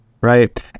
right